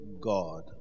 God